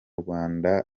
rwanda